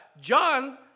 John